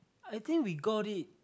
I think we got it